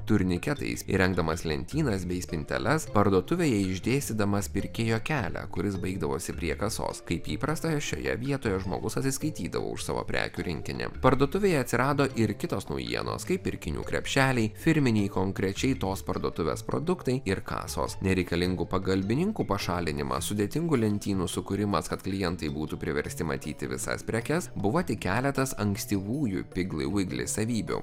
turniketais įrengdamas lentynas bei spinteles parduotuvėje išdėstydamas pirkėjo kelią kuris baigdavosi prie kasos kaip įprasta šioje vietoje žmogus atsiskaitydavo už savo prekių rinkinį parduotuvėje atsirado ir kitos naujienos kaip pirkinių krepšeliai firminiai konkrečiai tos parduotuvės produktai ir kasos nereikalingų pagalbininkų pašalinimas sudėtingų lentynų sukūrimas kad klientai būtų priversti matyti visas prekes buvo tik keletas ankstyvųjų piglivigli savybių